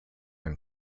him